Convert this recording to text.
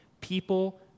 People